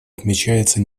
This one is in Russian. отмечается